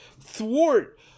thwart